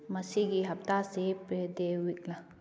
ꯃꯁꯤꯒꯤ ꯍꯞꯇꯥꯁꯤ ꯄꯦꯗꯦ ꯋꯤꯛꯂꯥ